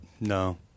No